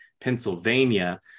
Pennsylvania